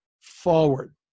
forward